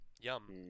yum